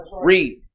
Read